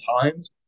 times